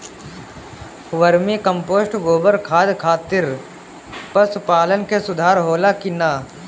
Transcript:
Vermi compost गोबर खाद खातिर पशु पालन में सुधार होला कि न?